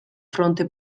fronte